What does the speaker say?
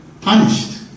punished